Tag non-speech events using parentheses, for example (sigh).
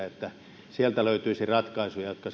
(unintelligible) että pankeista löytyisi ratkaisuja jotka (unintelligible)